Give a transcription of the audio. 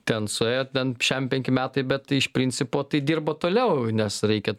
ten suėjo ten šem penki metai bet iš principo tai dirba toliau nes reikia